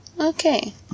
Okay